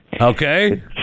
okay